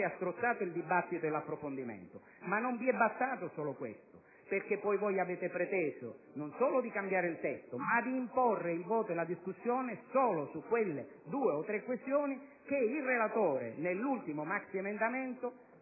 ha strozzato il dibattito e l'approfondimento. Ma non vi è bastato: avete preteso non solo di cambiare il testo, ma anche di imporre il voto e la discussione solo su quelle due o tre questioni che il relatore con l'ultimo maxiemendamento,